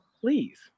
Please